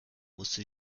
musste